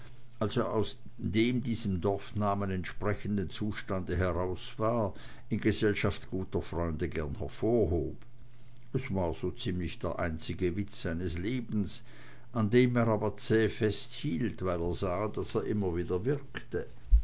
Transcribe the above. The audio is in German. er aus dem diesem dorfnamen entsprechenden zustande heraus war in gesellschaft guter freunde gern hervorhob es war so ziemlich der einzige witz seines lebens an dem er aber zäh festhielt weil er sah daß er immer wieder wirkte